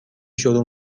شروع